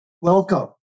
Welcome